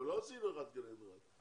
יש לי בעיה עם זה.